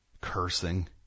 cursing